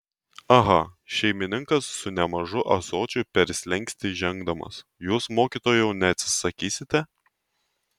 aha šeimininkas su nemažu ąsočiu per slenkstį žengdamas jūs mokytojau neatsisakysite